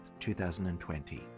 2020